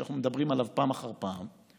שאנחנו מדברים עליו פעם אחר פעם,